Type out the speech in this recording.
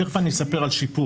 תכף אספר גם על שיפור.